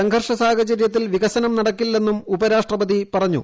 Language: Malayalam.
സംഘർഷ സാഹചര്യത്തിൽ വികസനം നടക്കില്ലെന്നും ഉപരാഷ്ട്രപതി പറഞ്ഞു